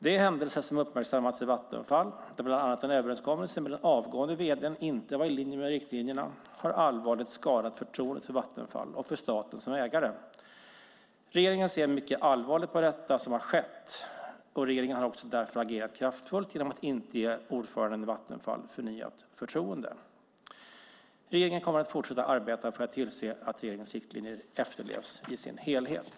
De händelser som uppmärksammats i Vattenfall, där bland annat en överenskommelse med den avgående vd:n inte var i linje med riktlinjerna, har allvarligt skadat förtroendet för Vattenfall och för staten som ägare. Regeringen ser mycket allvarligt på det som har skett. Regeringen har därför också agerat kraftfullt genom att inte ge ordföranden i Vattenfall förnyat förtroende. Regeringen kommer att fortsätta arbeta för att tillse att regeringens riktlinjer efterlevs i sin helhet.